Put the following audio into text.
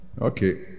Okay